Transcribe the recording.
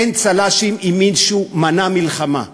אין צל"שים אם מישהו מנע מלחמה,